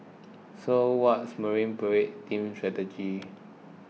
so what's Marine Parade team's strategy